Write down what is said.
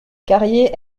carrier